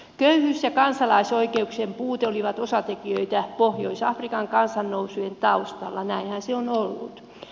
köyhyys ja kansalaisoikeuksien puute olivat osatekijöitä pohjois afrikan kansannousujen taustalla näinhän se on ollut